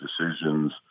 decisions